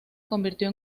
convirtió